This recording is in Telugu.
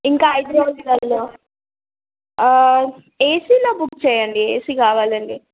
ఇంకా ఐదు రోజులల్లో ఏసీలో బుక్ చేయండి ఏసీ కావాలండి